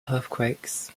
earthquakes